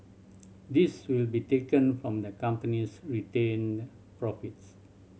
this will be taken from the company's retained profits